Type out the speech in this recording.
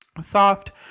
Soft